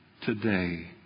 today